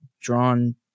drawn